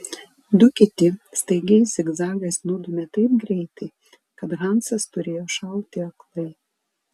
du kiti staigiais zigzagais nudūmė taip greitai kad hansas turėjo šauti aklai